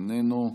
איננו.